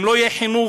אם לא יהיה חינוך,